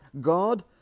God